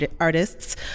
artists